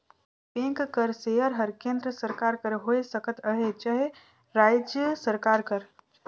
bank कर share हर केन्द्र सरकार कर होए सकत अहे चहे राएज सरकार कर